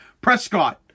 Prescott